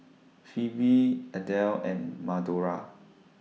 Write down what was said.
Phoebe Adell and Madora